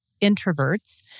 introverts